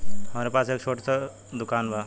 हमरे पास एक छोट स दुकान बा